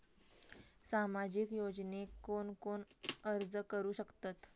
सामाजिक योजनेक कोण कोण अर्ज करू शकतत?